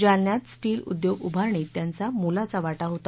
जालन्यात स्टील उद्योग उभारणीत त्यांचा मोलाचा वाटा होता